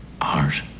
art